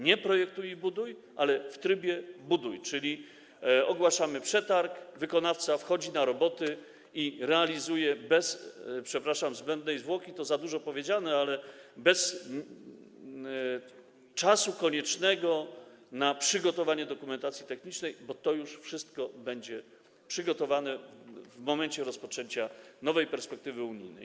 Nie: projektuj i buduj, ale w trybie: buduj, czyli ogłaszamy przetarg, wykonawca przystępuje do robót i realizuje bez - przepraszam, zbędnej zwłoki to za dużo powiedziane, ale bez czasu koniecznego na przygotowanie dokumentacji technicznej, bo to wszystko już będzie przygotowane w momencie rozpoczęcia nowej perspektywy unijnej.